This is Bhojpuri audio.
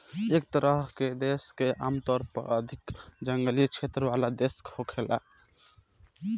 एह तरह के देश आमतौर पर अधिक जंगली क्षेत्र वाला देश होखेला